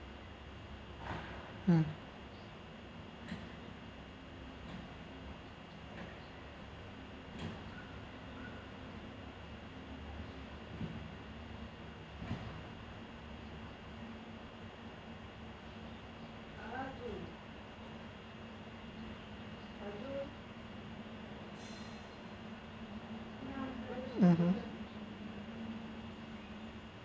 mm um